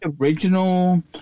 original